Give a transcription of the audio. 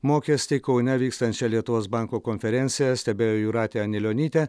mokestį kaune vykstančią lietuvos banko konferenciją stebėjo jūratė anilionytė